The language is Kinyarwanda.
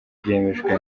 byemejwe